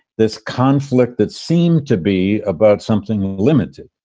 this conflict that seemed to be about something limited.